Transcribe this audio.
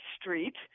Street